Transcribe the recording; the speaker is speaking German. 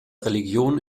religion